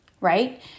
Right